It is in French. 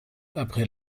après